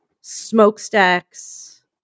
smokestacks